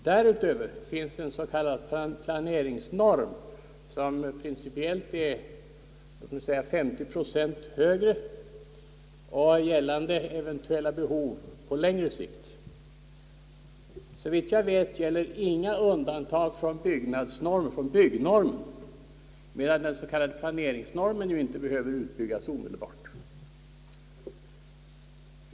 Därutöver finns en s.k. planeringsnorm, som är principiellt 15 procent högre och gäller eventuella behov på längre sikt. Såvitt jag vet gäller inga undantag från byggnadsnormen, medan den s.k. planeringsnormen ej behöver utbyggas omedelbart.